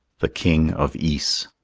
the king of ys